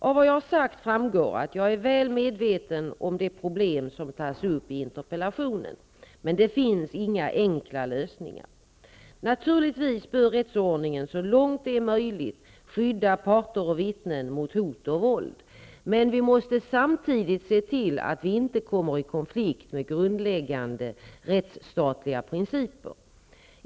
Av vad jag har sagt framgår att jag är väl medveten om det problem som tas upp i interpellationen. Men det finns inga enkla lösningar. Naturligtvis bör rättsordningen så långt det är möjligt skydda parter och vittnen mot hot och våld. Men vi måste samtidigt se till att vi inte kommer i konflikt med grundläggande rättsstatliga principer.